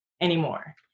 anymore